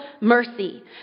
mercy